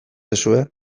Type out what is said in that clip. diozue